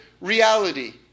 reality